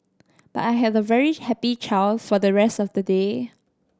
but I had a very happy child for the rest of the day